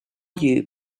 you